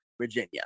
Virginia